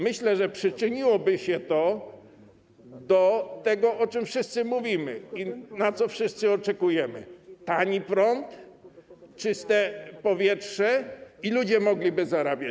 Myślę, że to przyczyniłoby się do tego, o czym wszyscy mówimy i na co wszyscy oczekujemy - tani prąd, czyste powietrze i ludzie mogliby zarabiać.